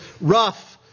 rough